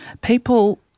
people